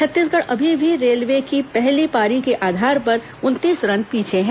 छत्तीसगढ़ अभी भी रेलवे की पहली पारी के आधार पर उनतीस रन पीछे है